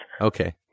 Okay